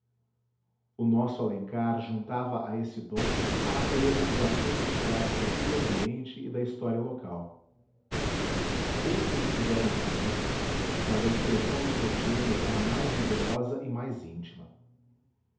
o nosso alencar juntava a esse dom a natureza dos assuntos tirados da vida ambiente e da história local outros o fizeram também mas a expressão do seu gênio era mais vigorosa e mais íntima